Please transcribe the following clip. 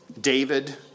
David